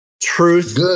truth